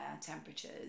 temperatures